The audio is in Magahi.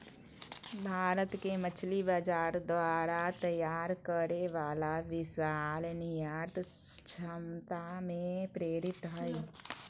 भारत के मछली बाजार द्वारा तैयार करे वाला विशाल निर्यात क्षमता से प्रेरित हइ